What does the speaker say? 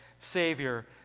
Savior